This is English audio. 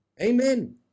Amen